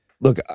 look